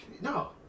No